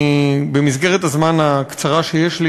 במסגרת הזמן הקצר שיש לי,